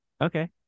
okay